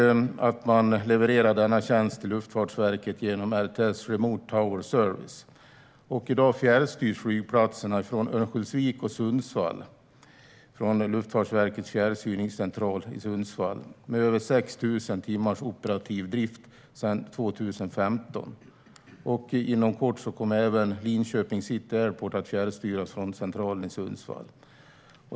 Man levererar denna tjänst till Luftfartsverket genom RTS, Remote Tower Services. I dag fjärrstyrs flygplatserna i Örnsköldsvik och Sundsvall från Luftfartsverkets fjärrstyrningscentral i Sundsvall, med över 6 000 timmars operativ drift sedan 2015. Inom kort kommer även Linköping City Airport att fjärrstyras från centralen i Sundsvall.